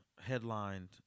Headlined